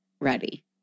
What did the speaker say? ready